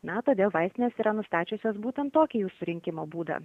na todėl vaistinės yra nustačiusios būtent tokį jų surinkimo būdą